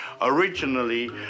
Originally